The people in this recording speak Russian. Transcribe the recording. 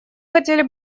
хотели